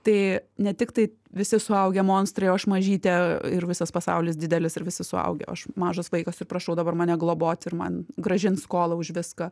tai ne tiktai visi suaugę monstrai o aš mažytė ir visas pasaulis didelis ir visi suaugę o aš mažas vaikas ir prašau dabar mane globoti ir man grąžint skolą už viską